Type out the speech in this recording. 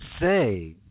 say